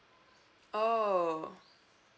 oh